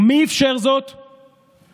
מי אפשר זאת ולמה?